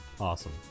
Awesome